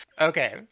Okay